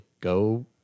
go